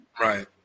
Right